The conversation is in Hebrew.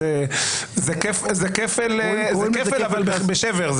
זה כפל אבל בשבר,